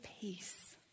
peace